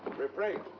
refrain.